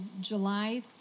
July